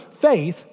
faith